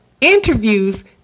interviews